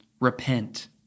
Repent